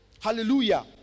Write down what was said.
Hallelujah